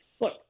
look